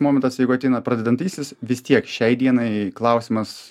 momentas jeigu ateina pradedantysis vis tiek šiai dienai klausimas